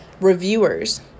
reviewers